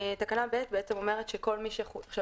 עכשיו,